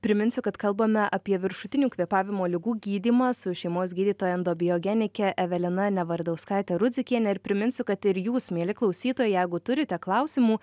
priminsiu kad kalbame apie viršutinių kvėpavimo ligų gydymą su šeimos gydytoja endobiogenike evelina nevardauskaite rudzikiene ir priminsiu kad ir jūs mieli klausytojai jeigu turite klausimų